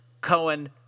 Cohen